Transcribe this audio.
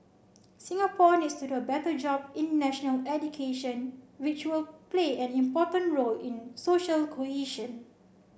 Singapore needs to do a better job in national education which will play an important role in social cohesion